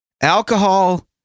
alcohol